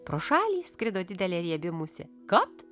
pro šalį skrido didelė riebi musė kapt